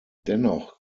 dennoch